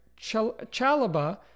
Chalaba